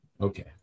Okay